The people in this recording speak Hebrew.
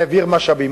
והעביר משאבים.